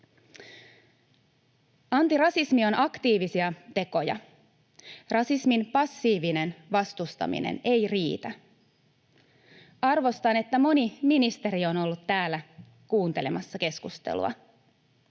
Antirasismi on aktiivisia tekoja. Rasismin passiivinen vastustaminen ei riitä. Arvostan, että moni ministeri on ollut täällä kuuntelemassa keskustelua.